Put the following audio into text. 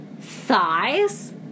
thighs